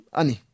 ani